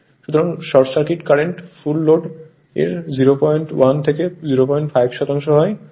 সুতরাং short circuit current full load এর 01 থেকে 05 শতাংশ হয়